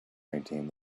maintained